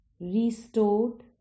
Restored